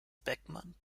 beckmann